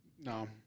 No